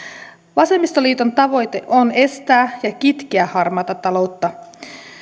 vasemmistoliiton tavoite on estää ja kitkeä harmaata taloutta